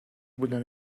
بودن